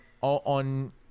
on